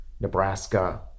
Nebraska